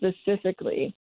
specifically